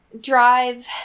drive